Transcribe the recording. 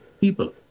people